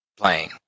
playing